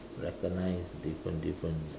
recognize different different